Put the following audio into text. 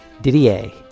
didier